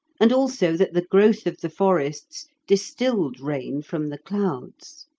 and also that the growth of the forests distilled rain from the clouds.